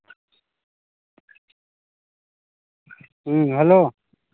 hello